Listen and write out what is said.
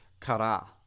kara